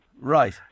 right